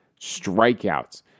strikeouts